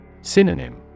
Synonym